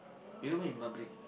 you don't mind in public